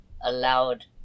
allowed